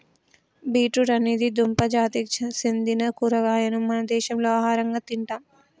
beet root అనేది దుంప జాతికి సెందిన కూరగాయను మన దేశంలో ఆహరంగా తింటాం